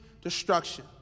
destruction